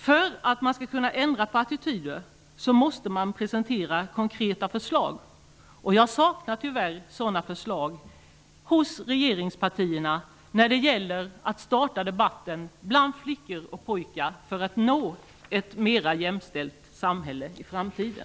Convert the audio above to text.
För att man skall kunna ändra på attityder måste man presentera konkreta förslag. Jag saknar tyvärr sådana förslag hos regeringspartierna när det gäller att starta debatten bland flickor och pojkar för att nå ett mer jämställt samhälle i framtiden.